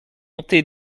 monté